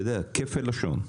אתה יודע, כפל לשון.